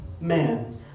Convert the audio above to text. man